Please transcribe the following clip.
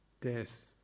death